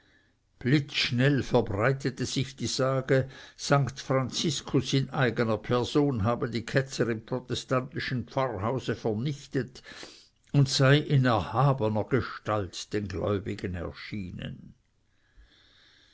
blitzschnell verbreitete sich die sage sankt franziskus in eigener person habe die ketzer im protestantischen pfarrhause vernichtet und sei in erhabener gestalt den gläubigen erschienen